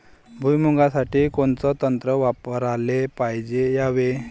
भुइमुगा साठी कोनचं तंत्र वापराले पायजे यावे?